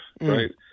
Right